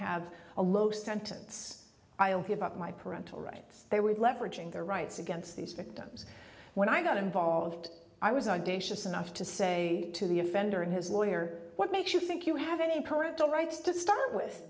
have a low sentence i'll give up my parental rights they would leveraging their rights against these victims when i got involved i was audacious enough to say to the offender and his lawyer what makes you think you have any parental rights to start with